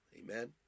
Amen